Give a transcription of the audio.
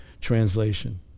translation